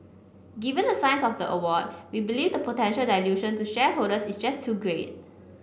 given the size of the award we believe the potential dilution to shareholders is just too great